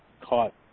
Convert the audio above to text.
caught